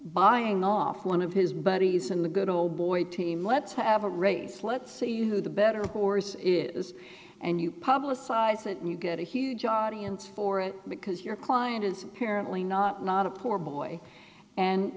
buying off one of his buddies in the good old boy team let's have a race let's see you the better course is and you publicize it may get a huge audience for it because your client is apparently not not a poor boy and